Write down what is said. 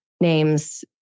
names